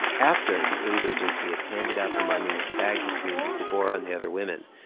after the aid agency had handed out the money and the bags of food to deborah and the other women,